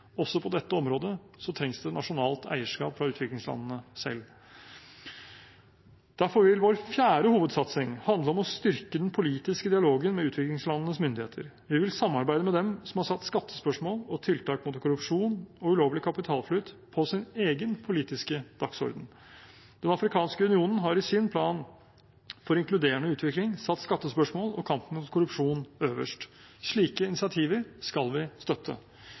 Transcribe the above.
Også på dette området trengs det nasjonalt eierskap fra utviklingslandene selv. Derfor vil vår fjerde hovedsatsing handle om å styrke den politiske dialogen med utviklingslandenes myndigheter. Vi vil samarbeide med dem som har satt skattespørsmål og tiltak mot korrupsjon og ulovlig kapitalflyt på sin egen politiske dagsorden. Den afrikanske union har i sin plan for inkluderende utvikling satt skattespørsmål og kamp mot korrupsjon øverst. Slike initiativer skal vi støtte.